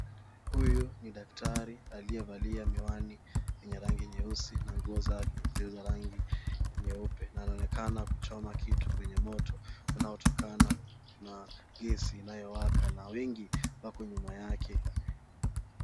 Huyu ni daktari aliyevalia miwani yenye rangi nyeusi na nguo zake ni za rangi nyeupe na anaonekana kuchoma kitu kwenye moto unaotokana na gesi inayowaka na wengi wako nyuma yake.